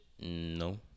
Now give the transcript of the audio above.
No